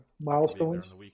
Milestones